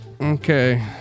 Okay